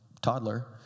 toddler